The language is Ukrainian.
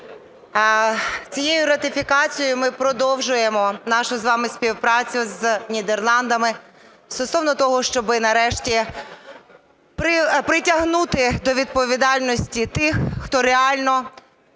цією ратифікацією ми продовжуємо нашу з вами співпрацю з Нідерландами стосовно того, щоби нарешті притягнути до відповідальності тих, хто реально